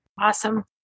Awesome